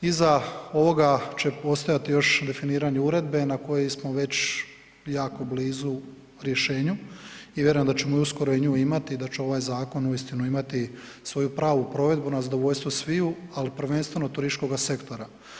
Iza ovoga će postojati još definiranje uredbe na koju smo već jako blizu rješenju i vjerujem da ćemo uskoro i nju imat, da će ovaj zakon uistinu imati svoju pravu provedbu na zadovoljstvo sviju ali prvenstveno turističkoga sektora.